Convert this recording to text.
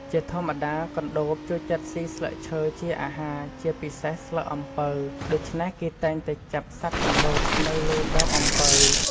ជាធម្មតា កណ្តូបចូលចិត្តស៊ីស្លឹកឈើជាអាហារ ជាពិសេសស្លឹកអំពៅ ដូច្នេះគេតែងតែចាប់សត្វកណ្តួបនៅលើដើមអំពៅ។